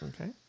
Okay